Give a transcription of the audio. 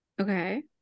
Okay